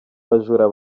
bajura